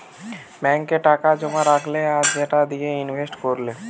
ব্যাংকে টাকা জোমা রাখলে আর সেটা দিয়ে ইনভেস্ট কোরলে